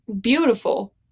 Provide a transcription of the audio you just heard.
Beautiful